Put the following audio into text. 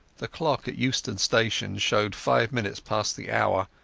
the clock at euston station showed five minutes past the hour.